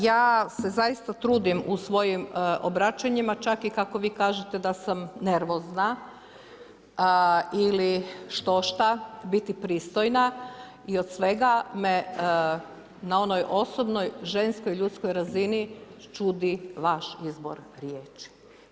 Ja se zaista trudim u svojim obraćanjima, čak i kako vi kažete da sam nervozna ili štošta biti pristojna i od svega me na onoj osobnoj, ženskoj, ljudskoj razini čudi vaš izbor riječi.